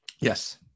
Yes